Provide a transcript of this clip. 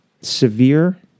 Severe